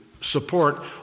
support